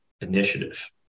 initiative